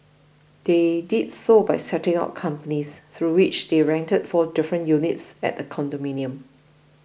they did so by setting up companies through which they rented four different units at the condominium